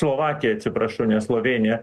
slovakiją atsiprašau ne slovėniją